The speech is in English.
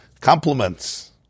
Compliments